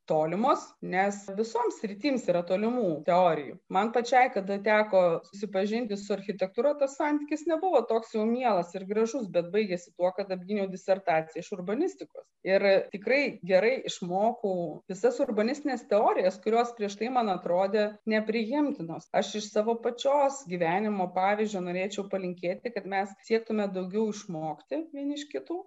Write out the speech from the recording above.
tolimos nes visoms sritims yra tolimų teorijų man pačiai kada teko susipažinti su architektūra tas santykis nebuvo toks jau mielas ir gražus bet baigėsi tuo kad apgyniau disertaciją iš urbanistikos ir tikrai gerai išmokau visas urbanistines teorijas kurios prieš tai man atrodė nepriimtinos aš iš savo pačios gyvenimo pavyzdžio norėčiau palinkėti kad mes siektume daugiau išmokti vieni iš kitų